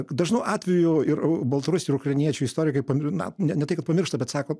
dažnu atveju ir baltarusių ir ukrainiečių istorikai na ne tai kad pamiršta bet sako